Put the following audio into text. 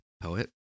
poet